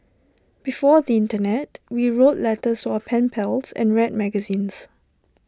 before the Internet we wrote letters to our pen pals and read magazines